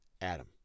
Adam